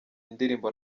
indirimbo